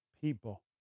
people